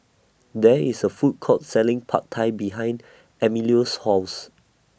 There IS A Food Court Selling Pad Thai behind Emilio's House